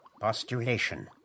Postulation